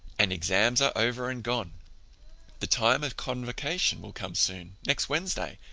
and exams are over and gone the time of convocation will come soon next wednesday.